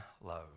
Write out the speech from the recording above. load